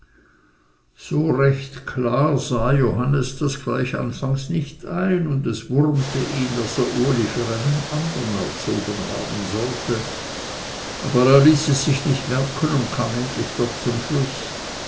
so recht klar sah johannes das gleich anfangs nicht ein und es wurmte ihn daß er uli für einen andern erzogen haben sollte aber er ließ es sich nicht merken und kam endlich doch zum schluß